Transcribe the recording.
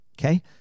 okay